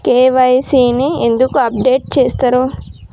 KYC ని ఎందుకు update చేత్తరు?